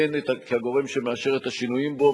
הן כגורם שמאשר את השינויים בו,